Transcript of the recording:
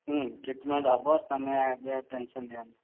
treatment ହେବ ତମେ ଆଜି ଆଉ ଟେନ୍ସନ୍ ନିଅନି